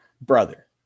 Brother